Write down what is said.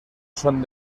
son